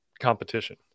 competition